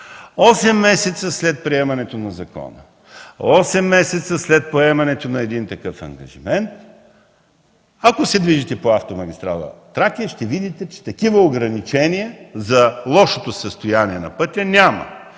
месеца след приемането на закона, осем месеца след поемането на такъв ангажимент, ако се движите по автомагистрала „Тракия”, ще видите, че такива ограничения за лошото състояние на пътя няма.